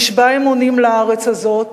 נשבע אמונים לארץ הזאת,